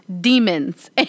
demons